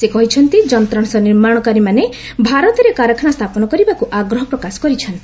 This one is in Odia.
ସେ କହିଛନ୍ତି ଯନ୍ତ୍ରାଂଶ ନିର୍ମାଣକାରୀମାନେ ଭାରତରେ କାରଖାନା ସ୍ଥାପନ କରିବାକୁ ଆଗ୍ରହ ପ୍ରକାଶ କରିଛନ୍ତି